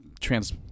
trans